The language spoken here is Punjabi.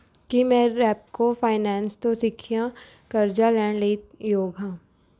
ਕੀ ਮੈਂ ਰੈਪਕੋ ਫਾਈਨੈਂਸ ਤੋਂ ਸਿੱਖਿਆ ਕਰਜ਼ਾ ਲੈਣ ਲਈ ਯੋਗ ਹਾਂ